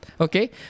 Okay